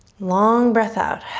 long breath out.